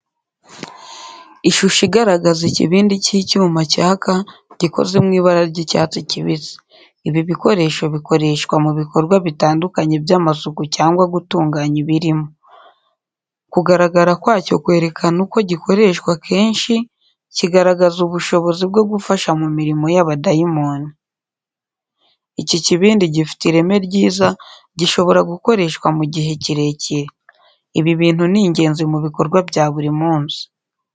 Ishusho igaragaza ikibindi cy'icyuma cyaka, gikoze mu ibara ry'icyatsi kibisi. Ibi bikoresho bikoreshwa mu bikorwa bitandukanye by’amasuku cyangwa gutunganya ibirimo. Kugaragara kwacyo kwerakana uko gikoreshwa kenshi, kigaragaza ubushobozi bwo gufasha mu mirimo y’amadayimoni. Iki kibindi gifite ireme ryiza, gishobora gukoreshwa mu gihe kirekire. Ibi bintu ni ingenzi mu bikorwa bya buri munsi.